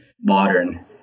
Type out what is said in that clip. modern